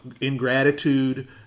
ingratitude